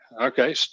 Okay